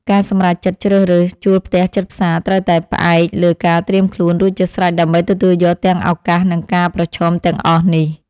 ការសម្រេចចិត្តជ្រើសរើសជួលផ្ទះជិតផ្សារត្រូវតែផ្អែកលើការត្រៀមខ្លួនរួចជាស្រេចដើម្បីទទួលយកទាំងឱកាសនិងការប្រឈមទាំងអស់នេះ។